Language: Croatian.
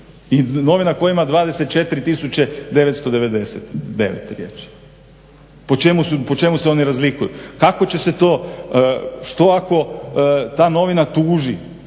i novina koja ima 24999 riječi? Po čemu se one razlikuju? Što ako ta novina tuži,